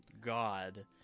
God